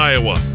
Iowa